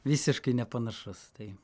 visiškai nepanašus tai